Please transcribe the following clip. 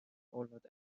olnud